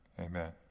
Amen